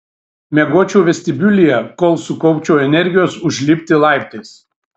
miegočiau vestibiulyje kol sukaupčiau energijos užlipti laiptais